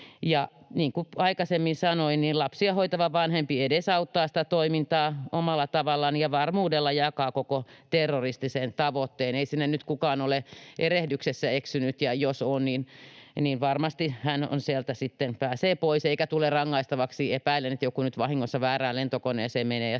kuin aikaisemmin sanoin, niin lapsia hoitava vanhempi edesauttaa sitä toimintaa omalla tavallaan ja varmuudella jakaa koko terroristisen tavoitteen. Ei sinne nyt kukaan ole erehdyksessä eksynyt, ja jos on, niin varmasti hän sieltä sitten pääsee pois eikä tule rangaistavaksi. Epäilen, että joku nyt vahingossa väärään lentokoneeseen menee